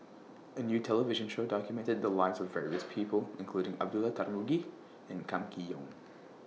A New television Show documented The Lives of various People including Abdullah Tarmugi and Kam Kee Yong